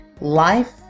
Life